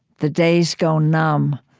the days go numb,